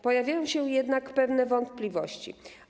Pojawiają się jednak pewne wątpliwości.